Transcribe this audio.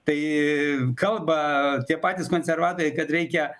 tai kalba tie patys konservatoriai kad reikia